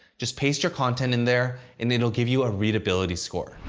just paste your content in there and it'll give you a readability score.